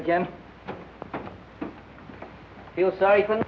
again i feel sorry for him